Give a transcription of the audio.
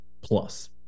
plus